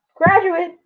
graduate